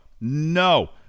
No